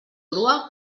grua